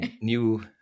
new